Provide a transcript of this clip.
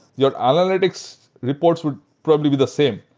your analytics reports would probably be the same.